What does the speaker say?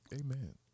Amen